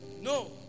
no